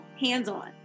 hands-on